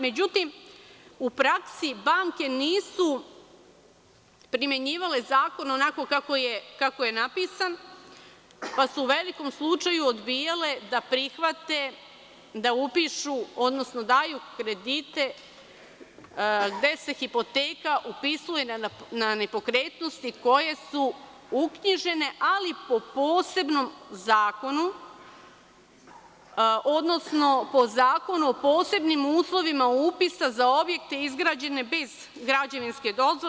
Međutim, u praksi banke nisu primenjivale zakon onako kako je napisan, pa su u velikom broju slučajeva odbijale da prihvate da upišu, odnosno daju kredite gde se hipoteka upisuje na nepokretnosti koje su uknjižene, ali po posebnom zakonu, odnosno po Zakonu o posebnim uslovima upisa za objekte izgrađene bez građevinske dozvole.